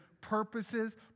purposes